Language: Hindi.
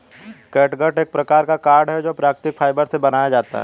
कैटगट एक प्रकार का कॉर्ड है जो प्राकृतिक फाइबर से बनाया जाता है